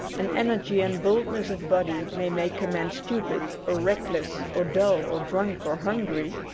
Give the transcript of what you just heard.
an energy and boldness of body may make a man stupid or reckless or dull or drunk or hungry,